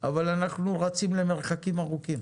אבל אנחנו רצים למרחקים ארוכים,